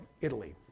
Italy